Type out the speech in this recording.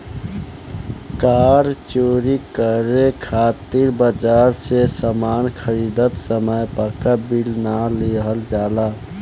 कार चोरी करे खातिर बाजार से सामान खरीदत समय पाक्का बिल ना लिहल जाला